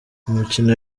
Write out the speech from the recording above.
umukino